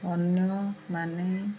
ଅନ୍ୟମାନେ